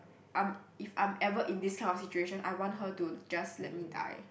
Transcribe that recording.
I'm if I'm ever in this kind of situation I want her to just let me die